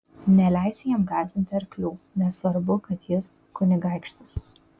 neleisiu jam gąsdinti arklių nesvarbu kad jis kunigaikštis